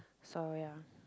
so ya